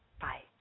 Bye